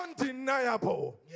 undeniable